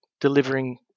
delivering